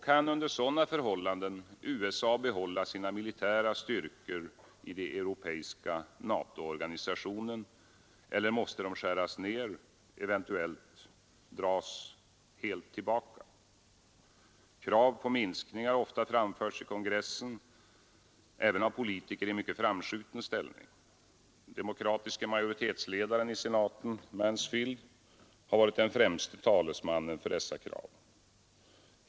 Kan under sådana förhållanden USA behålla sina militära styrkor i den europeiska Natoorganisationen eller måste de skäras ner, eventuellt helt dras tillbaka? Krav på en minskning har ofta framförts i kongressen, även av politiker i mycket framskjuten ställning. Den demokratiska majoritetsledaren i senaten — Mansfield — har varit den främste talesmannen för dessa krav.